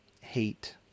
hate